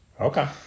Okay